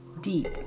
deep